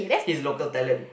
he's local talent